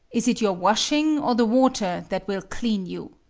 is it your washing, or the water, that will clean you?